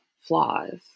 flaws